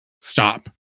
stop